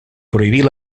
prohibir